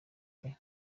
pee